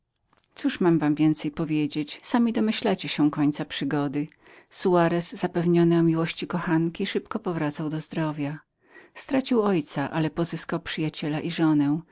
cóż mam wam więcej powiedzieć sami domyślacie się końca przygody soarez zapewniony o miłości kochanki szybko powracał do zdrowia stracił ojca ale natomiast pozyskał przyjaciela i żonę